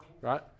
right